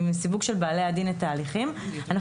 מסיווג של בעלי הדין את ההליכים אנחנו